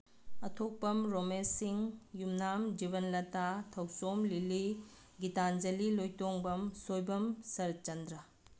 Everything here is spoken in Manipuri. ꯑꯊꯣꯛꯄꯝ ꯔꯣꯃꯦꯁ ꯁꯤꯡ ꯌꯨꯝꯅꯥꯝ ꯖꯤꯕꯟꯂꯇꯥ ꯊꯣꯛꯆꯣꯝ ꯂꯤꯂꯤ ꯒꯤꯇꯥꯟꯖꯂꯤ ꯂꯣꯏꯇꯣꯡꯕꯝ ꯁꯣꯏꯕꯝ ꯁꯔꯠꯆꯟꯗ꯭ꯔ